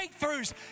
breakthroughs